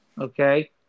Okay